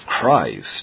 Christ